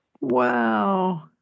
Wow